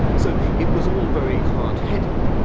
so it was all very hard-headed.